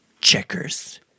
checkers